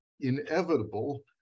inevitable